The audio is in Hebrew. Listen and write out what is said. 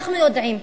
אנחנו יודעים,